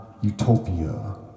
utopia